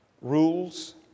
rules